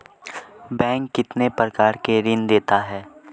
Bank कितने प्रकार के ऋण देता है?